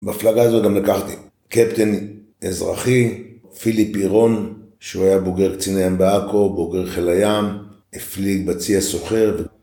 בפלגה הזו גם לקחתי קפטן אזרחי, פיליפ אירון, שהוא היה בוגר קציניהם באקו, בוגר חיל הים, הפליג בצי הסוחר.